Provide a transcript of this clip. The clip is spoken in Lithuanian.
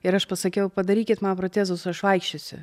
ir aš pasakiau padarykit man protezus aš vaikščiosiu